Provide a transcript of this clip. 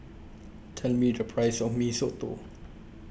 Tell Me The Price of Mee Soto